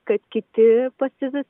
kad kiti pasivys